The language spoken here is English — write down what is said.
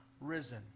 risen